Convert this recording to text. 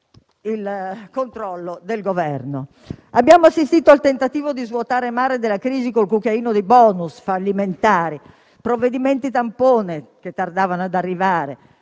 il controllo del Governo. Abbiamo assistito al tentativo di svuotare il mare della crisi con il cucchiaino dei *bonus* - fallimentari - con provvedimenti tampone che tardavano ad arrivare